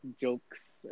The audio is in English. jokes